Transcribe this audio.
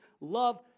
love